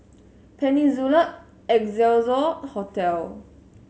Peninsula Excelsior Hotel